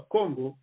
Congo